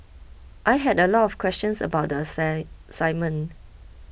I had a lot of questions about the assign assignment